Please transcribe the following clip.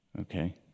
Okay